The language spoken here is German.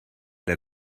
der